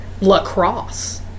lacrosse